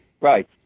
Right